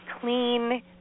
clean